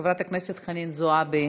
חברת הכנסת חנין זועבי,